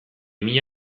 mila